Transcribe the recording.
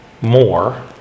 more